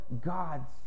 God's